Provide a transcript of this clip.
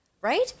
right